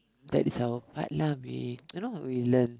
that is our part lah we you know we learn